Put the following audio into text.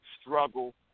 struggle